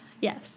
Yes